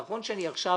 נכון שאני עכשיו